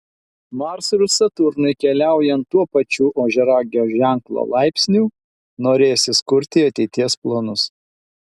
marsui ir saturnui keliaujant tuo pačiu ožiaragio ženklo laipsniu norėsis kurti ateities planus